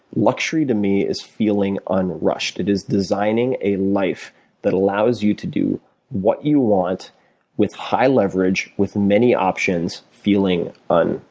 luxury to me is feeling unrushed. it is designing a life that allows you to do what you want with high leverage, with many options, feeling um